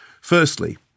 firstly